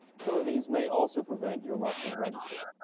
some of these may also prevent your mark from registering.